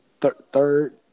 third